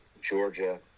Georgia